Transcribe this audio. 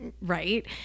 Right